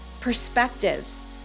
perspectives